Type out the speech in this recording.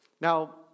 Now